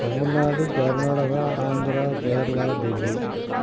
Tamil Nadu Karnataka Andhra Kerala Delhi